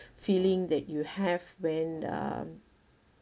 feeling that you have when um